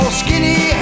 skinny